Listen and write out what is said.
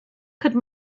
could